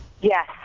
yes